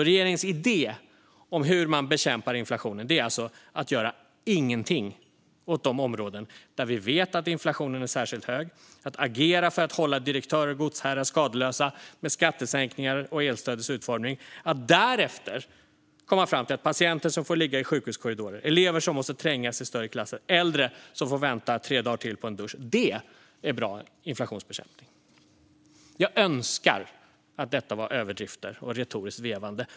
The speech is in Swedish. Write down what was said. Regeringens idé om hur man bekämpar inflationen är alltså att göra ingenting åt de områden där vi vet att inflationen är särskilt hög och att agera för att hålla direktörer och godsherrar skadeslösa med skattesänkningar och elstödets utformning, för att därefter komma fram till att patienter som får ligga i sjukhuskorridorer, elever som måste trängas i större klasser och äldre som får vänta tre dagar till på en dusch är bra inflationsbekämpning. Jag önskar att detta var överdrifter och retoriskt vevande.